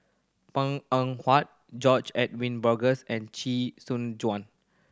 Png Eng Huat George Edwin Bogaars and Chee Soon Juan